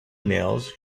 emails